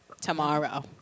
Tomorrow